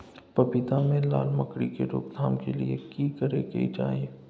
पपीता मे लाल मकरी के रोक थाम के लिये की करै के चाही?